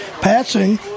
Passing